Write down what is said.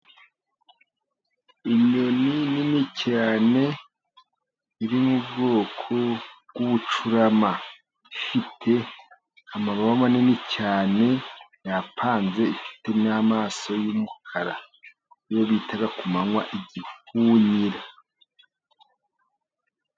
Inyoni nini cyane, iri mu bwoko bw' ubucurama, ifite amababa manini cyane apanze, ifite n 'amaso y'umukara iyo bita kumanywa igihunyira.